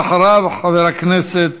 ואחריו, חבר הכנסת